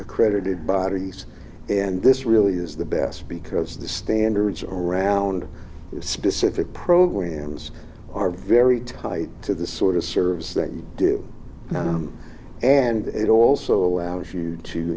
accredited batteries and this really is the best because the standards around specific programs are very tied to the sort of service that you do and it also allows you to